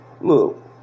Look